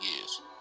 years